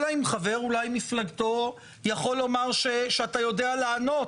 אלא אם חבר מפלגתו יכול לומר שהוא יודע לענות